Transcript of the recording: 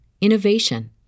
innovation